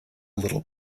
little